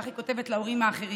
כך היא כותבת להורים האחרים.